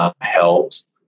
helps